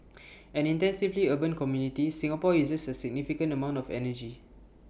an intensively urban community Singapore uses A significant amount of energy